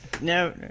No